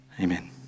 Amen